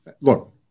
look